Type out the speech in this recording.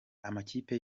amakipe